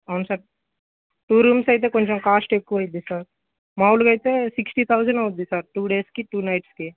అవును sir two rooms అయితే కొంచం కాస్ట్ ఎక్కువ అవుద్ది సార్ మాములుగా అయితే సిక్స్టీ థౌజండ్ అవుద్ది సార్ టూ డేస్ కి టూ నైట్స్ కి